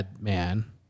man